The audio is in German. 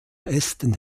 ästen